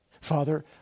Father